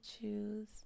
choose